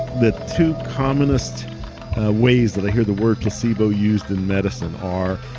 the two commonest ways that i hear the word placebo used in medicine are,